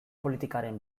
politikaren